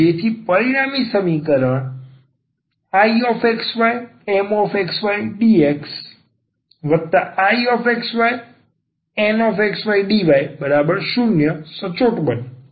જેથી પરિણામી સમીકરણ IxyMxydxIxyNxydy0 સચોટ બને